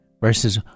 Verses